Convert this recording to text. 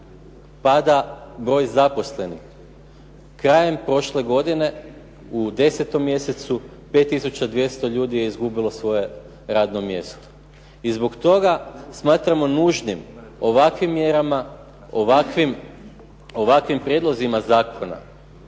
pada broj zaposlenih. Krajem prošle godine u 10. mjesecu, 5 200 ljudi je izgubilo svoje radno mjesto. I zbog toga smatramo nužnim ovakvim mjerama, ovakvim prijedlozima zakona